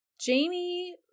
Jamie